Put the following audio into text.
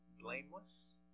Blameless